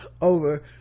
over